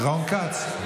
רון כץ.